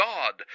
God